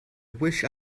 wish